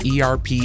ERP